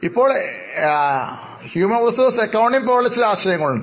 ഇപ്പോൾ എച്ച്ആർഎ അല്ലെങ്കിൽ human resource accounting പോലുള്ള ആശയങ്ങൾ ഉണ്ട്